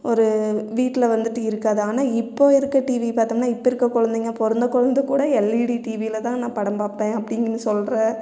ஒரு வீட்டில் வந்துவிட்டு இருக்காது ஆனால் இப்போ இருக்க டிவி பார்த்தோம்னா இப்போ இருக்க குழந்தைங்க பிறந்த குழந்த கூட எல்இடி டிவியில தான் நான் படம் பார்ப்பேன் அப்படின்னு சொல்லுற